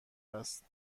است